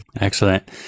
Excellent